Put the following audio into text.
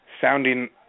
sounding